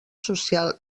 social